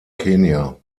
kenia